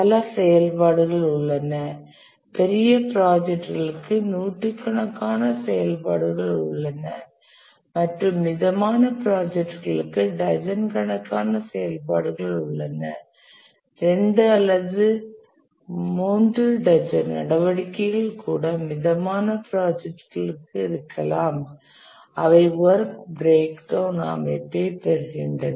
பல செயல்பாடுகள் உள்ளன பெரிய ப்ராஜெக்ட்ளுக்கு நூற்றுக்கணக்கான செயல்பாடுகள் உள்ளன மற்றும் மிதமான ப்ராஜெக்ட்ளுக்கு டஜன் கணக்கான செயல்பாடுகள் உள்ளன 2 அல்லது 3 டஜன் நடவடிக்கைகள் கூட மிதமான ப்ராஜெக்ட்ளுக்கு இருக்கலாம் அவை வொர்க் பிரேக் டவுண் அமைப்பை பெறுகின்றன